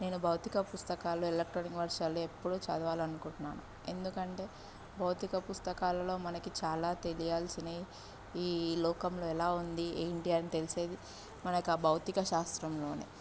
నేను భౌతిక పుస్తకాలు ఎలక్ట్రానిక్ వర్షన్లు ఎప్పుడూ చదవాలి అనుకుంటున్నాను ఎందుకంటే భౌతిక పుస్తకాలలో మనకి చాలా తెలియాల్సినవి ఈ లోకంలో ఎలా ఉంది ఏంటి అని తెలిసేది మనకా భౌతిక శాస్త్రంలోనే